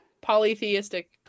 polytheistic